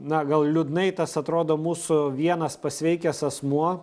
na gal liūdnai tas atrodo mūsų vienas pasveikęs asmuo